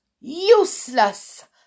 Useless